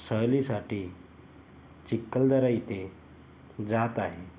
सहलीसाठी चिखलदरा इथे जात आहे